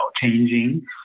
changing